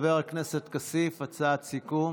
חבר הכנסת כסיף, הצעת סיכום.